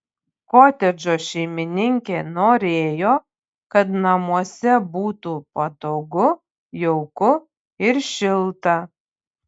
kotedžo šeimininkė norėjo kad namuose būtų patogu jauku ir šilta